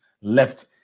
left